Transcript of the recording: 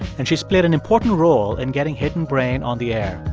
and she's played an important role in getting hidden brain on the air.